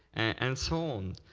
and so on.